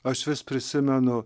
aš vis prisimenu